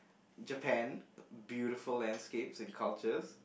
Japan beautiful landscapes and cultures